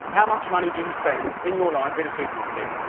how much money do you spend, in your life, in a supermarket?